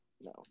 no